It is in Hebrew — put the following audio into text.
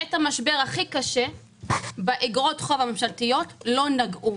שבעת המשבר הכי קשה באגרות חוב הממשלתיות לא נגעו.